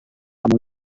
kamu